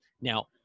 Now